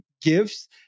gifts